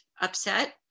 upset